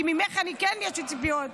כי ממך כן יש לי ציפיות,